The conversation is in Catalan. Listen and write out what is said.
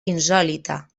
insòlita